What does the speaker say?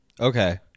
Okay